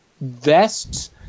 vests